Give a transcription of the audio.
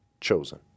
chosen